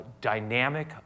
dynamic